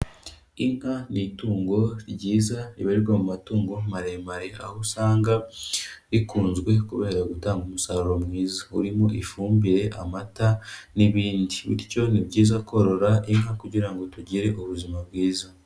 Inka ni itungo ryiza ribarirwa mu matungo maremare, aho usanga rikunzwe kubera gutanga umusaruro mwiza, urimo ifumbire, amata n'ibindi, bityo ni byiza korora inka kugira ngo tugire ubuzima bwiza.